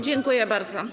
Dziękuję bardzo.